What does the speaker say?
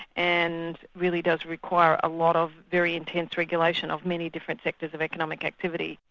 and really does require a lot of very intense regulation of many different sectors of economic activity.